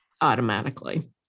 automatically